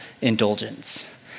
indulgence